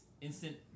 instant